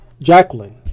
Jacqueline